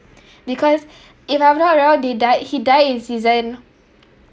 because if I'm not wrong they died he die in season